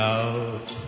out